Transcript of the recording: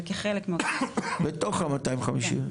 זה כחלק מאותם 250. בתוך ה-250?